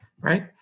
right